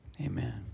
Amen